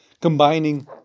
combining